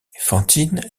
fantine